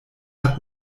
hat